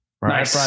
Right